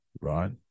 right